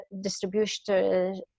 distribution